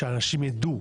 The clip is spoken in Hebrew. שאנשים ידעו.